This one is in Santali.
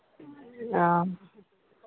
ᱚ